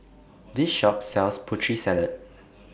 This Shop sells Putri Salad